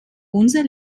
unser